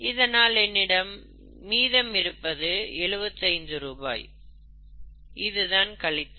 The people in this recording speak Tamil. இதனால் என்னிடம் மீதமிருப்பது 75 ரூபாய் இதுதான் கழித்தல்